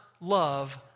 love